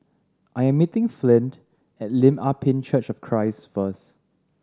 I am meeting Flint at Lim Ah Pin Church of Christ first